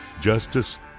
justice